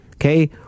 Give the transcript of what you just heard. Okay